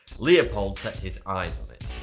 leopold set his eyes on it,